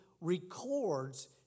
records